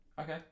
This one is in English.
Okay